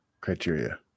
criteria